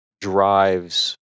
drives